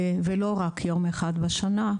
לא רק יום אחד בשנה,